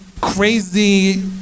crazy